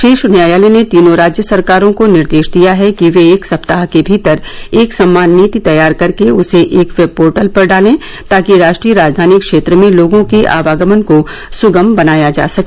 शीर्ष न्यायालय ने तीनों राज्य सरकारों को निर्देश दिया है कि ये एक सप्ताह के भीतर एक समान नीति तैयार करके उसे एक वेब पोर्टल पर डालें ताकि राष्ट्रीय राजधानी क्षेत्र में लोगों के आवागमन को सुगम बनाया जा सके